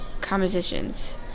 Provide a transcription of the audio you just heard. compositions